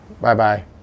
Bye-bye